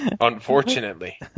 Unfortunately